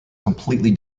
completely